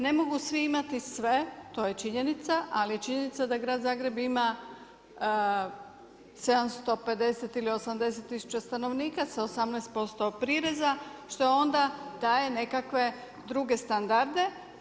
Ne mogu svi imati sve, to je činjenica, ali je činjenica da grad Zagreb ima 750 ili 780 tisuća stanovnika sa 18% prireza što onda daje nekakve druge standarde.